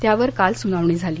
त्यावर काल सुनावणी झाली